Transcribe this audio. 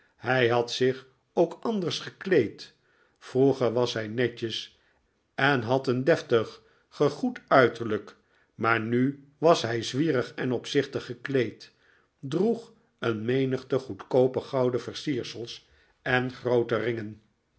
hij had zich ook anders gekleed vroeger was hij netjes en had een deftig gegoed uiterlijk maar nu was hij zwierig en opzichtig gekleed droeg een menigte goedkoope gouden versiersels en groote ringen